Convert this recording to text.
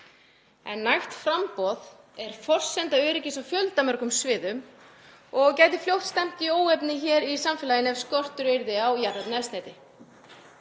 en nægt framboð er forsenda öryggis á fjöldamörgum sviðum og gæti fljótt stefnt í óefni í samfélaginu ef skortur yrði á jarðefnaeldsneyti.